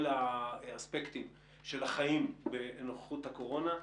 האספקטים של החיים בנוכחות הקורונה.